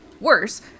Worse